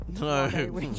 No